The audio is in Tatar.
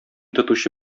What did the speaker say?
тотучы